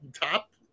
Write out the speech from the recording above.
top